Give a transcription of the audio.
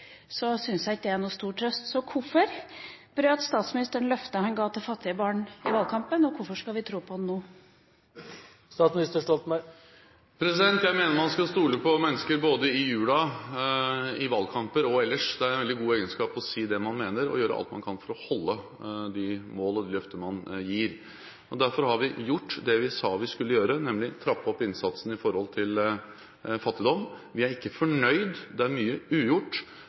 jeg ikke det er noen stor trøst. Hvorfor brøt statsministeren løftet han ga til fattige barn i valgkampen, og hvorfor skal vi tro på han nå? Jeg mener man skal stole på mennesker både i julen, i valgkamper og ellers. Det er en veldig god egenskap å si det man mener, og gjøre alt man kan for å nå de mål man setter og holde de løfter man gir. Derfor har vi gjort det vi sa vi skulle gjøre, nemlig trappe opp innsatsen mot fattigdom. Vi er ikke fornøyd – det er mye ugjort